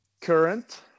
current